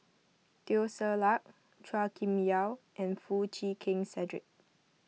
Teo Ser Luck Chua Kim Yeow and Foo Chee Keng Cedric